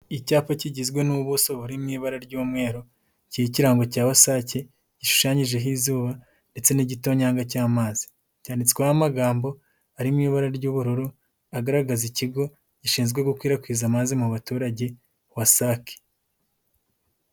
Icyapa kigizwe n'ubuso buri mu ibara ry'umweru, cy'ikirango cya WASAC gishushanyijeho izuba ndetse n'igitonyanga cy'amazi, cyanditsweho amagambo ari mu ibara ry'ubururu, agaragaza ikigo gishinzwe gukwirakwiza amazi mu baturage, WASAC.